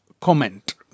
comment